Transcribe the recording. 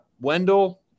Wendell